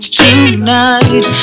tonight